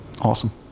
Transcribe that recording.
Awesome